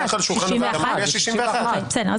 61. בנוסח שמונח על שולחן הוועדה יש 61. בסדר,